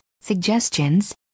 suggestions